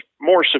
more